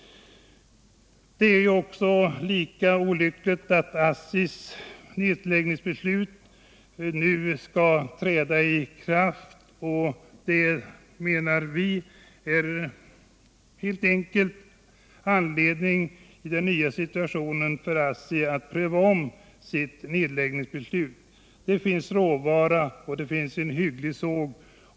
Det är lika olyckligt att ASSI:s nedläggningsbeslut nu skall träda i kraft. Vi menar att det finns anledning för ASSI att i den nya situationen ompröva sitt nedläggningsbeslut. Det finns råvara, och det finns en hygglig såg.